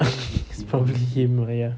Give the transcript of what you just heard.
it's probably him ya